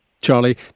Charlie